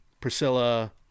Priscilla